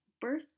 birth